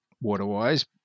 water-wise